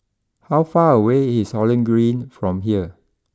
how far away is Holland Green from here